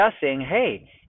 hey